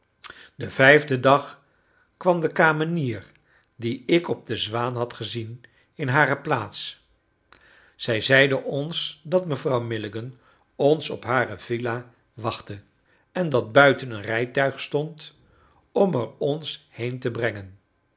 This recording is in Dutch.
den vijfden dag kwam de kamenier die ik op de zwaan had gezien in hare plaats zij zeide ons dat mevrouw milligan ons op hare villa wachtte en dat buiten een rijtuig stond om er ons heen te brengen